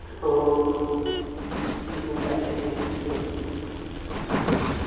অঁ বিহু পাইছে হি এতিয়া আহিব